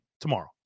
tomorrow